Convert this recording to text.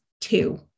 two